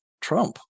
Trump